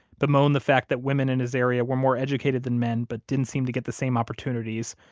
bemoaned the fact that women in his area were more educated than men but didn't seem to get the same opportunities,